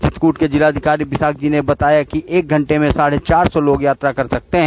चित्रकूट के जिलाधिकारी विशाख जी ने बताया कि एक घंटे में साढ़े चार सौ लोग यात्रा कर सकते हैं